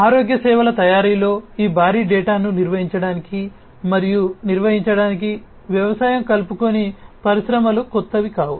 ఆరోగ్య సేవల తయారీలో ఈ భారీ డేటాను నిర్వహించడానికి మరియు నిర్వహించడానికి వ్యవసాయం కలుపుకొని పరిశ్రమలు కొత్తవి కావు